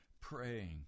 praying